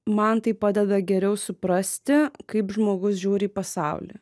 man tai padeda geriau suprasti kaip žmogus žiūri į pasaulį